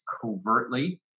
covertly